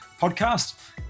podcast